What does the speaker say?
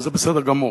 וזה בסדר גמור.